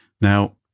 Now